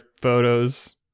photos